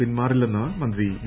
പിന്മാറില്ലെന്ന് മന്ത്രി വി